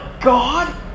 God